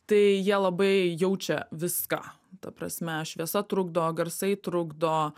tai jie labai jaučia viską ta prasme šviesa trukdo garsai trukdo